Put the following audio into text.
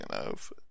enough